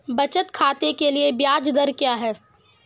बचत खाते के लिए ब्याज दर क्या है?